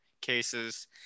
cases